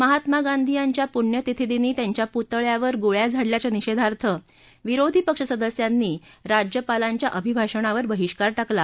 महात्मा गांधी यांच्या पुण्यतिथीदिनी त्यांच्या पुतळ्यावर गोळ्या झाडल्याच्या निषेधार्थ विरोधी पक्ष सदस्यांनी राज्यपालांच्या अभिभाषणावर बहिष्कार टाकला